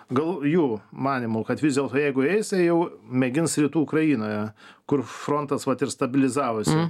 gal jų manymu kad vis dėlto jeigu eis jau mėgins rytų ukrainoje kur frontas vat ir stabilizavosi